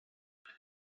roedd